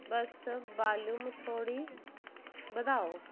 बस volume थोह्ड़ी बधाओ